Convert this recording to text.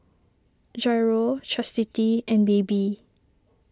Jairo Chastity and Baby